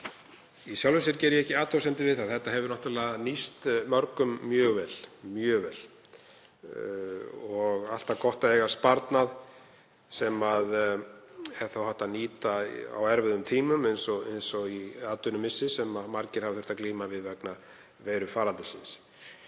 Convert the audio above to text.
Í sjálfu sér geri ég ekki athugasemdir við það. Þetta hefur náttúrlega nýst mörgum mjög vel og alltaf gott að eiga sparnað sem er hægt að nýta á erfiðum tímum eins og í atvinnumissi sem margir hafa þurft að glíma við vegna veirufaraldursins.